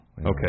Okay